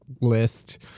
list